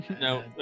No